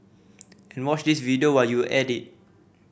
and watch this video while you're at it